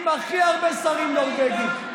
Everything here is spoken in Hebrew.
עם הכי הרבה שרים נורבגים,